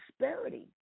prosperity